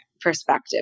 perspective